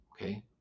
Okay